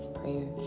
prayer